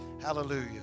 Hallelujah